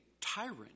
tyrant